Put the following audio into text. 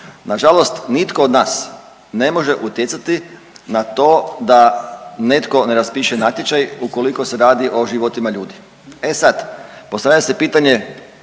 Na žalost, nitko od nas ne može utjecati na to da netko ne raspiše natječaj ukoliko se radi o životima ljudi. E sad, postavlja se pitanje